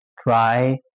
try